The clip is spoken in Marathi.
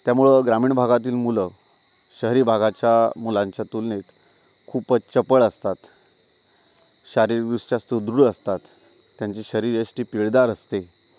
त्यामुळं ग्रामीण भागातील मुलं शहरी भागाच्या मुलांच्या तुलनेत खूपच चपळ असतात शारीरिकदृष्ट्या सुदृढ असतात त्यांची शरीरयष्टी पिळदार असते